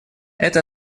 это